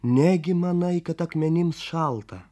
negi manai kad akmenims šalta